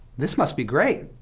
this must be great.